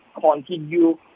continue